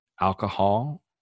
alcohol